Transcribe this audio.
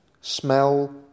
smell